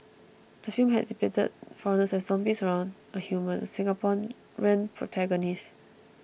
the film had depicted foreigners as zombies around a human Singaporean protagonist